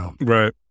Right